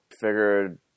Figured